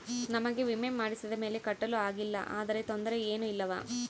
ನಮಗೆ ವಿಮೆ ಮಾಡಿಸಿದ ಮೇಲೆ ಕಟ್ಟಲು ಆಗಿಲ್ಲ ಆದರೆ ತೊಂದರೆ ಏನು ಇಲ್ಲವಾ?